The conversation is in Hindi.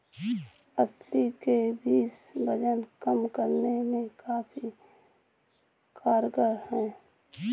अलसी के बीज वजन कम करने में काफी कारगर है